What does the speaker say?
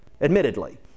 admittedly